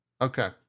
Okay